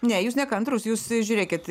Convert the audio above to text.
ne jūs nekantrūs jūs žiūrėkit